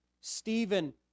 Stephen